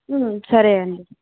సరే అండి